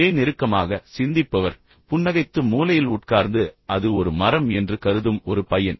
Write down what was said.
ஒரே நெருக்கமாக சிந்திப்பவர் புன்னகைத்து மூலையில் உட்கார்ந்து அது ஒரு மரம் என்று கருதும் ஒரு பையன்